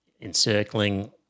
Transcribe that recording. encircling